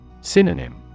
Synonym